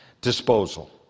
disposal